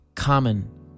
common